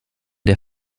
der